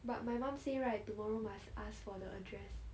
but my mum say right tomorrow must ask for the address